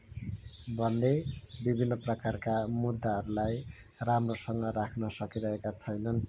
भन्दै विभिन्न प्रकारका मुद्दाहरूलाई राम्रोसँग राख्न सकिरहेका छैनन्